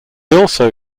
also